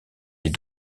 des